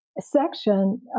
section